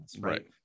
Right